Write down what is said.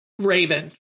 Raven